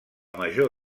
major